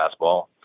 fastball